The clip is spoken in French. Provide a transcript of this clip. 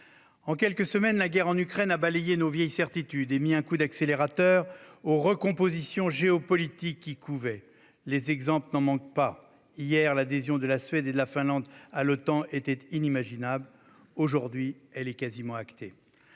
En quelques semaines, la guerre en Ukraine a balayé nos vieilles certitudes et mis un coup d'accélérateur aux recompositions géopolitiques qui couvaient. Les exemples ne manquent pas : hier, l'adhésion de la Suède et de la Finlande à l'Otan était inimaginable, elle est aujourd'hui quasiment actée.